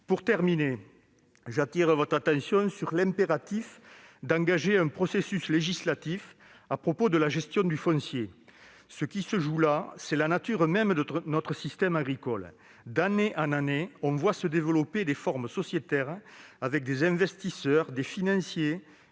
Pour terminer, j'appelle votre attention sur la nécessité d'engager un processus législatif concernant la gestion du foncier. Ce qui se joue là, c'est la nature même de notre système agricole. D'année en année, on voit se développer des formes sociétaires, avec des investisseurs, des financiers